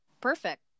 perfect